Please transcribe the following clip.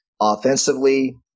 offensively